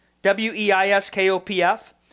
W-E-I-S-K-O-P-F